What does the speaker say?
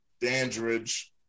Dandridge